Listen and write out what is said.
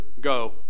go